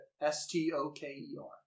S-T-O-K-E-R